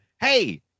hey